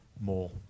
more